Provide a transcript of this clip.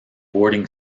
boarding